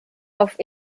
auf